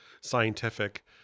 scientific